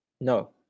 No